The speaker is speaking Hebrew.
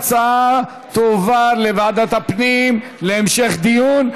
ההצעה תועבר לוועדת הפנים להמשך דיון.